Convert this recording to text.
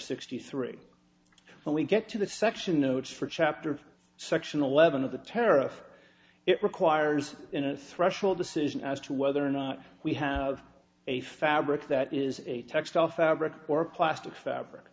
sixty three when we get to the section notes for chapter section eleven of the tariff it requires in a threshold decision as to whether or not we have a fabric that is a textile fabric or plastic fabric